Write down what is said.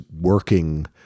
working